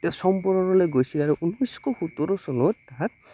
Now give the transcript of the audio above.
তেওঁ চম্পৰণলৈ গৈছিল আৰু ঊনৈছশ সোতৰ চনত তাত